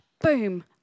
Boom